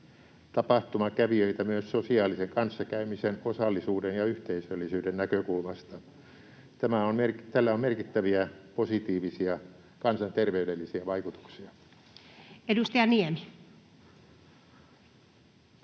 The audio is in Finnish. tapahtumakävijöitä myös sosiaalisen kanssakäymisen, osallisuuden ja yhteisöllisyyden näkökulmasta. Tällä on merkittäviä positiivisia kansanterveydellisiä vaikutuksia. Edustaja Niemi.